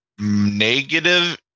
negative